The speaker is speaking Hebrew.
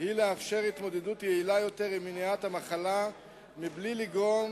היא לאפשר התמודדות יעילה יותר עם מניעת המחלה מבלי לגרום